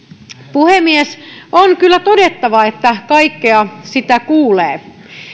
puhemies on kyllä todettava että kaikkea sitä kuulee